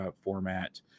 format